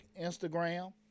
Instagram